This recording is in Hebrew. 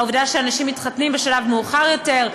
העובדה שאנשים מתחתנים בשלב מאוחר יותר,